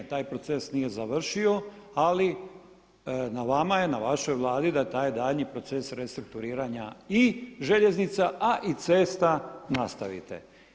Taj proces nije završio ali na vama je, na vašoj Vladi da taj daljnji proces restrukturiranja i željeznica a i cesta nastavite.